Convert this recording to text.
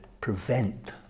prevent